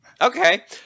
Okay